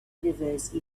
universe